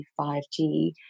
5G